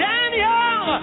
Daniel